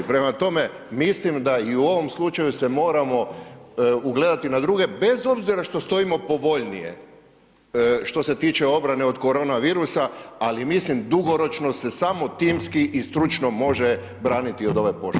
Prema tome, mislim da i u ovom slučaju se moramo ugledati na druge bez obzira što stojimo povoljnije što se tiče obrane od koronavirusa, ali mislim dugoročno se samo timski i stručno može braniti od ove pošasti.